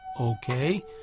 okay